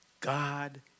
God